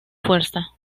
fuerza